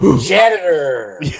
Janitor